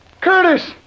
Curtis